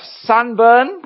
sunburn